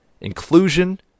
inclusion